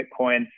Bitcoin